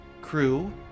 crew